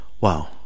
wow